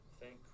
Thank